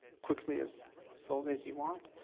quickly, as slowly as you want.